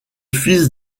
fils